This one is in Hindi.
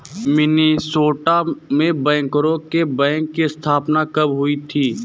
मिनेसोटा में बैंकरों के बैंक की स्थापना कब हुई थी?